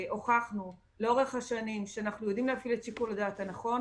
שהוכחנו לאורך השנים שאנחנו יודעים להפעיל את שיקול הדעת הנכון